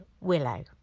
Willow